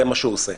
זה מה שהוא עושה.